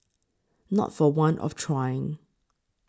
not for want of trying